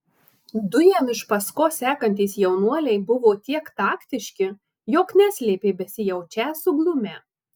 du jam iš paskos sekantys jaunuoliai buvo tiek taktiški jog neslėpė besijaučią suglumę